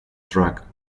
track